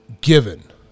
given